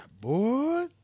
boy